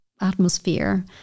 atmosphere